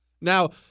Now